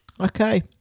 Okay